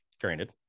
granted